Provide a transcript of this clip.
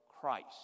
Christ